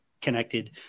connected